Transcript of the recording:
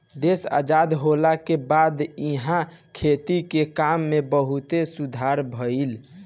देश आजाद होखला के बाद इहा खेती के काम में बहुते सुधार भईल